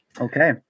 okay